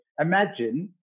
imagine